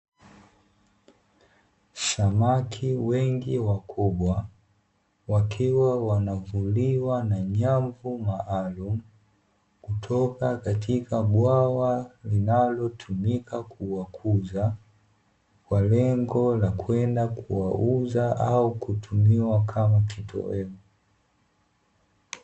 Samaki wengi wakubwa wakiwa wanavuliwa na nyavu maalumu, kutoka katika bwawa linalotumika kuwakuza kwa lengo la kwenda kuwauza au kutumiwa kama kitoweo.